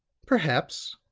perhaps,